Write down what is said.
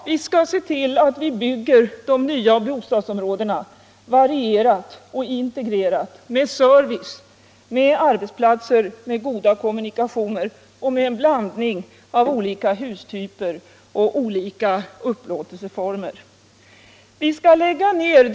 Vi skall se till att vi bygger de nya bostadsområdena varierade och integrerade, med service, arbetsplatser och goda kommunikationer och med en blandning av olika hustyper och olika upplåtelseformer.